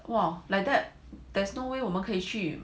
!wah! like that there's no way 我们可以去